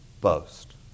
boast